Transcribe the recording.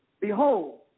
Behold